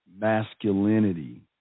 masculinity